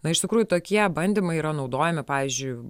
na iš tikrųjų tokie bandymai yra naudojami pavyzdžiui